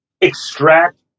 extract